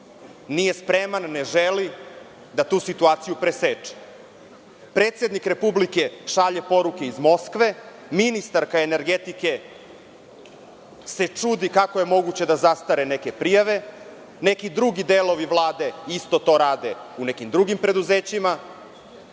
nije spreman, ne želi da tu situaciju preseče? Predsednik Republike šalje poruke iz Moskve, ministarka energetike se čudi kako je moguće da zastare neke prijave? Neki drugi delovi Vlade isto to rade u nekim drugim preduzećima.